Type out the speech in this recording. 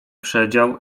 przedział